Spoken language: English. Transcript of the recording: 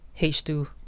H2